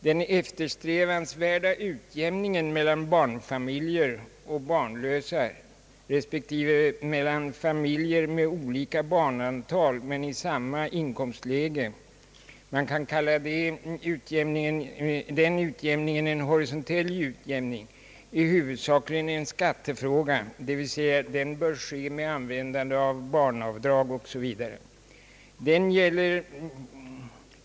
Den eftersträvansvärda utjämningen mellan barnfamiljer och barnlösa respektive mellan familjer med olika antal barn men i samma inkomstläge — man kan kalla detta en horisontell utjämning — är huvudsakligen en skattefråga. Det vill säga att den bör ske med användande av barnavdrag osv.